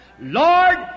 Lord